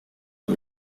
del